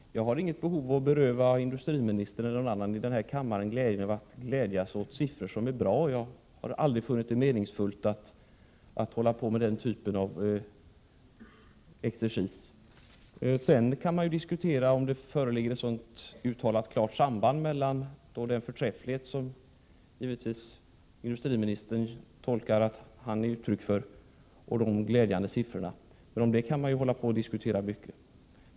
Fru talman! Jag har inget behov av att beröva industriministern eller någon annan i den här kammaren möjligheten att glädjas åt goda siffror. Jag har aldrig funnit det meningsfullt att hålla på med sådan exercis. Däremot kan man diskutera om det föreligger ett så uttalat samband mellan de glädjande siffrorna och den förträfflighet för den socialdemokratiska politiken som industriministern givetvis tolkar att siffrorna är ett uttryck för — om det kan vi diskutera mycket.